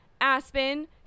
Aspen